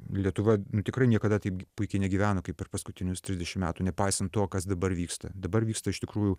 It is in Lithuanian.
lietuva nu tikrai niekada taip puikiai negyveno kaip per paskutinius trisdešim metų nepaisant to kas dabar vyksta dabar vyksta iš tikrųjų